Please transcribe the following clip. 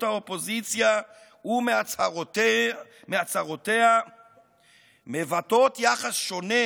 האופוזיציה ומהצהרותיה מבטאות יחס שונה,